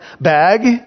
bag